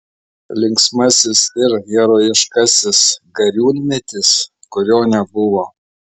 linksmasis ir herojiškasis gariūnmetis kurio nebuvo